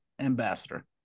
ambassador